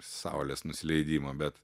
saulės nusileidimo bet